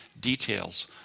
details